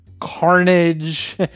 carnage